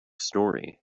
story